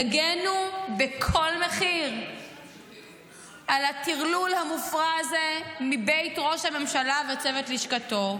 תגנו בכל מחיר על הטרלול המופרע הזה מבית ראש הממשלה וצוות לשכתו.